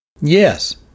Yes